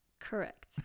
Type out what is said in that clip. Correct